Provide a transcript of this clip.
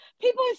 People